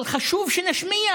אבל חשוב שנשמיע